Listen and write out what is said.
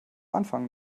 anfangen